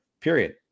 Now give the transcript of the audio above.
period